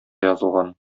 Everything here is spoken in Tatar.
язылган